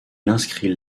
inscrit